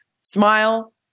Smile